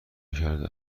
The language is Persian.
نکرده